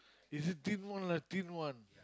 is it thin one lah thin one